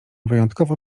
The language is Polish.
wyjątkowo